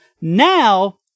Now